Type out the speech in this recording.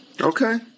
Okay